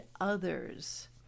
others